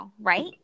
right